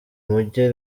mujyi